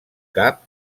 cap